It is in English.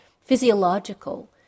physiological